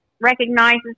recognizes